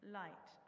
light